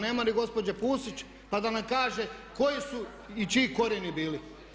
Nema ni gospođe Pusić pa da nam kaže koji su i čiji korijeni bili.